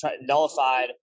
nullified